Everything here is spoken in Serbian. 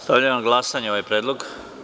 Stavljam na glasanje ovaj predlog.